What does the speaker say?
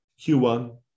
Q1